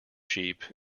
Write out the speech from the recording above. sheep